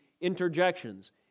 interjections